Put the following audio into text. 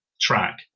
track